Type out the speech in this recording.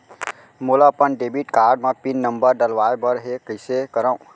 मोला अपन debit card म पिन नंबर डलवाय बर हे कइसे करव?